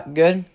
good